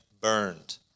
burned